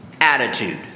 attitude